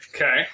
Okay